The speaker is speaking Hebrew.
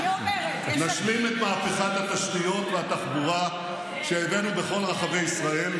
נשלים את מהפכת התשתיות והתחבורה שהבאנו בכל רחבי ישראל: